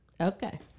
Okay